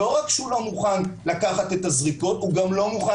לא רק שהוא לא מוכן לקחת את הזריקות אלא הוא גם לא מוכן